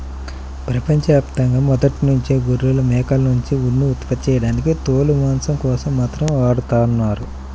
ప్రపంచ యాప్తంగా మొదట్నుంచే గొర్రెలు, మేకల్నుంచి ఉన్ని ఉత్పత్తి చేయడానికి తోలు, మాంసం కోసం మాత్రమే వాడతన్నారు